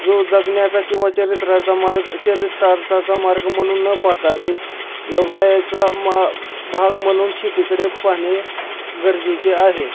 जो जगण्याचा किंवा चरित्राचा मार्ग चरितार्थाचा मार्ग म्हणून न पाहता एक व्यवसायाचा म् भाग म्हणून शेतीकडे पाहणे गरजेचे आहे